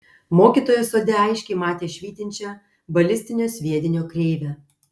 mokytojas sode aiškiai matė švytinčią balistinio sviedinio kreivę